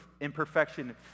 imperfection